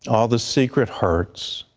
all the secret hurts